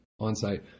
OnSite